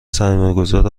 سرمایهگذار